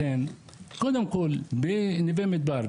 קודם כול בנווה מדבר,